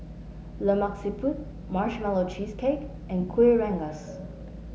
Lemak Siput Marshmallow Cheesecake and Kueh Rengas